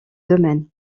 domaines